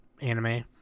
anime